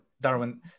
darwin